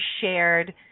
shared